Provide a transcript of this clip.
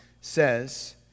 says